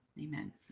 Amen